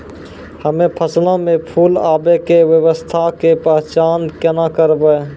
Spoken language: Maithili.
हम्मे फसलो मे फूल आबै के अवस्था के पहचान केना करबै?